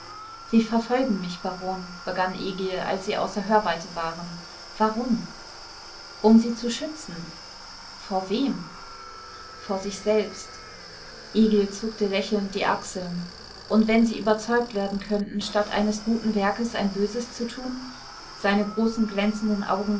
sie verfolgen mich baron begann egil als sie außer hörweite waren warum um sie zu schützen vor wem vor sich selbst egil zuckte lächelnd die achseln und wenn sie überzeugt werden könnten statt eines guten werkes ein böses zu tun seine großen glänzenden augen